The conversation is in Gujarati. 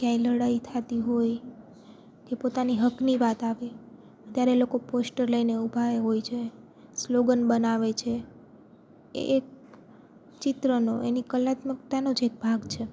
ક્યાંય લડાઈ થતી હોય કે પોતાના હકની વાત આવે ત્યારે લોકો પોસ્ટર લઈને ઊભા હોય જાય સ્લોગન બનાવે છે એ એક ચિત્રનો એની કલાત્મકતાનો જ એક ભાગ છે